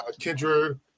Kendra